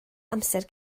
amser